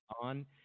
on